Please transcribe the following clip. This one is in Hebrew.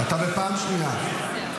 אתה בפעם שנייה.